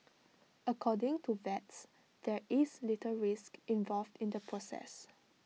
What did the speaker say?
according to vets there is little risk involved in the process